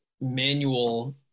manual